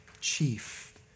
chief